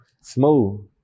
Smooth